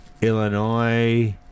Illinois